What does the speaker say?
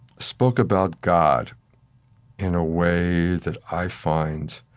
spoke about god in a way that i find